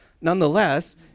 Nonetheless